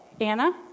Anna